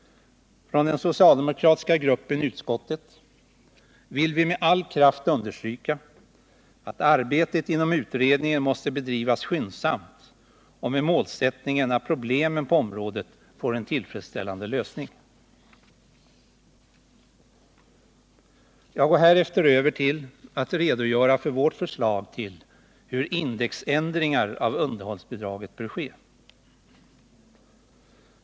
Från den socialdemokratiska gruppen i utskottet vill vi med: all kraft understryka att arbetet inom utredningen måste bedrivas skyndsamt och med målsättningen att problemen på området får en tillfredsställande lösning. Jag går härefter över till att redogöra för vårt förslag till hur indexändringar av underhållsbidraget bör ske.